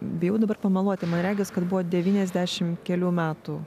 bijau dabar pameluoti man regis kad buvo devyniasdešimt kelių metų